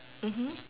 mmhmm